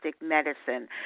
medicine